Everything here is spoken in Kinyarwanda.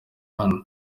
hano